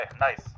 nice